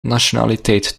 nationaliteit